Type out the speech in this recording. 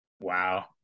Wow